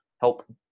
help